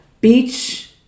beach